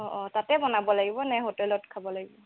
অ অ তাতে বনাব লাগিবনে হোটেলত খাব লাগিব